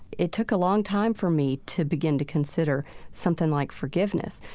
it took a long time for me to begin to consider something like forgiveness.